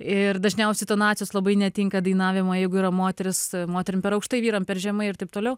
ir dažniausiai tonacijos labai netinka dainavimo jeigu yra moteris moterim per aukštai vyrams per žemai ir taip toliau